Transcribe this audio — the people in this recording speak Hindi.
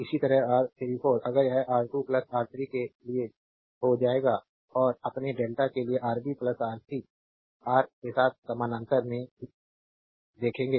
इसी तरह R34 अगर यह R2 R3 के लिए हो जाएगा और अपने डेल्टा के लिए आरबी आर सी रा के साथ समानांतर में है देखेंगे